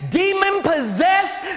demon-possessed